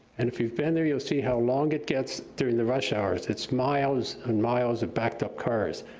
and if you've been there, you'll see how long it gets during the rush hours it's miles and miles of backed up cars,